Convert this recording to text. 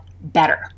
better